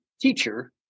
teacher